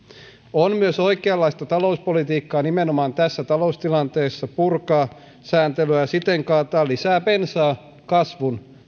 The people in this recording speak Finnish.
on myös oikeanlaista talouspolitiikkaa nimenomaan tässä taloustilanteessa purkaa sääntelyä ja siten kaataa lisää bensaa kasvun